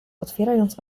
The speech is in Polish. otwierając